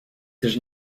też